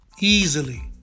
Easily